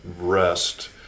rest